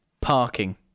parking